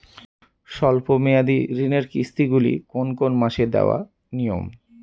স্বল্প মেয়াদি ঋণের কিস্তি গুলি কোন কোন মাসে দেওয়া নিয়ম?